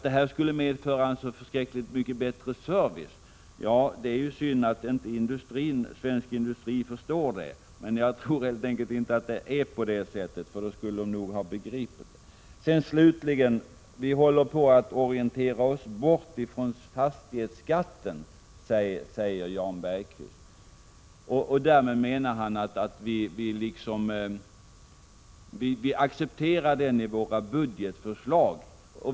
Det är vidare synd att inte svensk industri förstår att åtgärden skulle medföra en så oerhört mycket bättre service. Å andra sidan tror jag helt enkelt inte att det är på det sättet. I så fall skulle man inom industrin nog ha begripit den saken. Slutligen säger Jan Bergqvist att vi håller på att orientera oss bort från fastighetsskatten. Därmed menar han att vi accepterar den i våra budgetförslag.